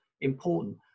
important